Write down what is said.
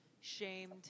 shamed